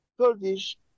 Kurdish